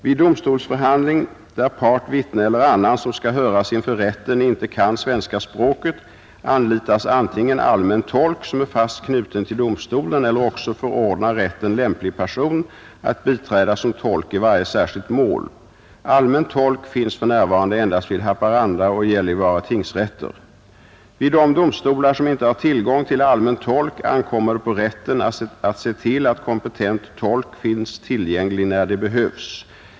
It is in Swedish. Vid domstolsförhandling där part, vittne eller annan, som skall höras inför rätten, inte kan svenska språket, anlitas antingen allmän tolk som är fast knuten till domstolen eller också förordnar rätten lämplig person att biträda som tolk i varje särskilt mål. Allmän tolk finns för närvarande endast vid Haparanda och Gällivare tingsrätter. Vid de domstolar som inte har tillgång till allmän tolk ankommer det på rätten att se till att kompetent tolk finns tillgänglig när det behövs.